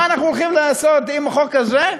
מה אנחנו הולכים לעשות עם החוק הזה?